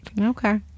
Okay